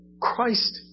Christ